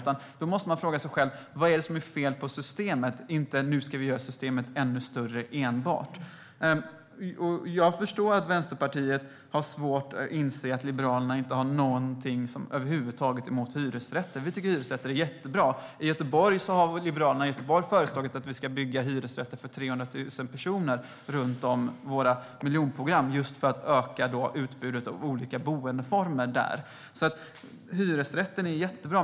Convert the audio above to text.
Man måste fråga sig själv "Vad är det som är fel på systemet?" och inte bara göra systemet ännu större. Jag förstår att Vänsterpartiet har svårt att inse att Liberalerna inte har något över huvud taget mot hyresrätter. Vi tycker att hyresrätter är jättebra. Liberalerna i Göteborg har föreslagit att vi ska bygga hyresrätter för 300 000 personer runt om i vårt miljonprogram, just för att öka utbudet av olika boendeformer där. Hyresrätten är jättebra.